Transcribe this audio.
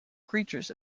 creatures